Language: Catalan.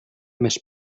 més